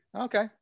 Okay